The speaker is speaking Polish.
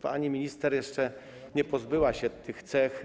Pani minister jeszcze nie pozbyła się tych cech.